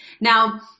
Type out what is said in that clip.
Now